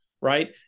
right